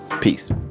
Peace